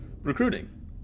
recruiting